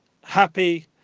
happy